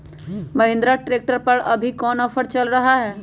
Mahindra tractor पर अभी कोन ऑफर चल रहा है?